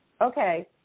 okay